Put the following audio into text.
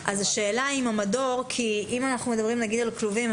אם אנחנו מדברים על כלובים,